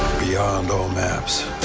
beyond all maps?